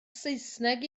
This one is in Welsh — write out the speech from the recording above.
saesneg